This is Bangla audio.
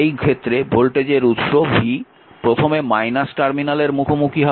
সুতরাং এই ক্ষেত্রে ভোল্টেজ উৎস v প্রথমে টার্মিনালের মুখোমুখি হবে